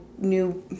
new